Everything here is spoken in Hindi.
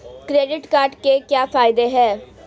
क्रेडिट कार्ड के क्या फायदे हैं?